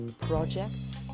projects